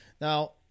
now